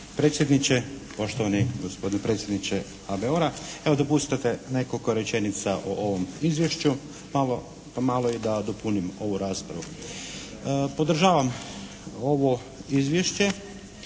predsjedniče, poštovani gospodine predsjedniče HBOR-a! Evo, dopustite nekoliko rečenica o ovom izvješću pa malo i da dopunim ovu raspravu. Podržavam ovo izvješće